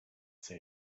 say